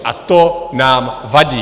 A to nám vadí!